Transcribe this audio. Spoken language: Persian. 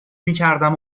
میکردم